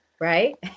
right